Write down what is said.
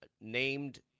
Named